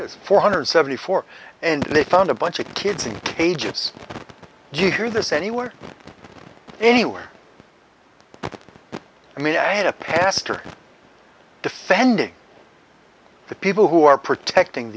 is four hundred seventy four and they found a bunch of kids in cages you hear this anywhere anywhere i mean i had a pastor defending the people who are protecting